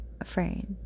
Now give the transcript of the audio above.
afraid